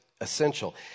essential